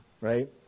right